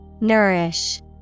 Nourish